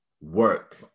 work